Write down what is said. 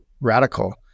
radical